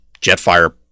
Jetfire